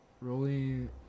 Rolling